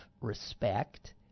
respect